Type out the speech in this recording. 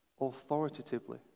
authoritatively